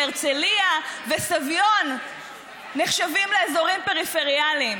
הרצליה וסביון נחשבים לאזורים פריפריאליים.